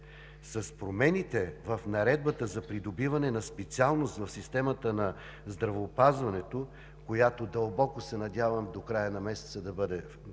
С промените в Наредбата за придобиване на специалност в системата на здравеопазването, която дълбоко се надявам до края на месеца да бъде готова,